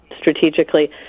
strategically